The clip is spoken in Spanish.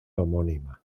homónima